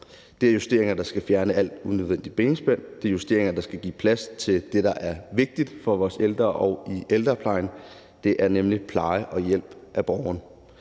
Det er justeringer, der skal fjerne alt unødvendigt benspænd, det er justeringer, der skal give plads til det, der er vigtigt for vores ældre og i ældreplejen, nemlig pleje og hjælp til borgeren.